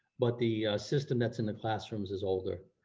but the system that's in the classrooms is older,